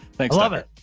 thanks. love it,